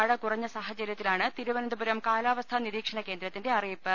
മഴ കുറഞ്ഞ സാഹചര്യത്തിലാണ് തിരുവനന്തപുരം കാലാ വസ്ഥാ നിരീക്ഷണ കേന്ദ്രത്തിന്റെ അറിയിപ്പ്